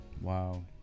Wow